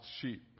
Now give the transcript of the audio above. sheep